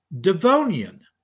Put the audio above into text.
Devonian